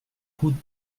route